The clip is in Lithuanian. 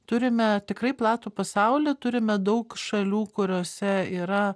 turime tikrai platų pasaulį turime daug šalių kuriose yra